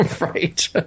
Right